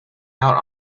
out